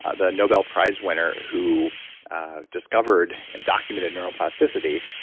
ah the nobel prize winner who discovered and documented neuroplasticity,